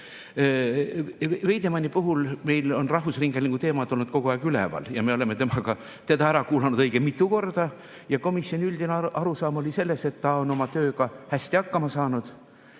Veidemanni puhul meil on rahvusringhäälingu teemad olnud kogu aeg üleval ja me oleme teda ära kuulanud õige mitu korda. Komisjoni üldine arusaam oli selline, et ta on oma tööga hästi hakkama saanud